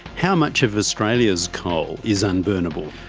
how much of australia's coal is unburnable?